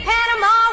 Panama